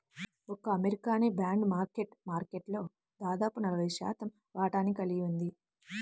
ఒక్క అమెరికానే bond market మార్కెట్లో దాదాపు నలభై శాతం వాటాని కలిగి ఉంది